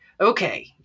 okay